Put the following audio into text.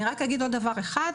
אני רק אגיד עוד דבר אחד,